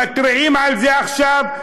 מתריעים על זה עכשיו,